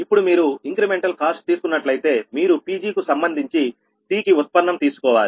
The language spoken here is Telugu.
ఇప్పుడు మీరు ఇంక్రెమెంటల్ కాస్ట్ తీసుకున్నట్లయితే మీరు Pgకు సంబంధించి C కి ఉత్పన్నం తీసుకోవాలి